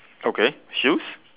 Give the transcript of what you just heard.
okay shoes